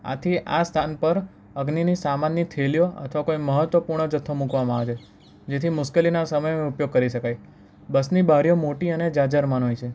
આથી આ સ્થાન પર અગ્નિની સામાન્ય થેલીઓ અથવા કોઈ મહત્ત્વપૂર્ણ જથ્થો મૂકવામાં આવે જેથી મુશ્કેલીના સમયમાં ઉપયોગ કરી શકાય બસની બારીઓ મોટી અને જાઝરમાન હોય છે